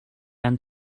end